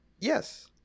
yes